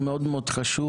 הוא מאוד מאוד חשוב,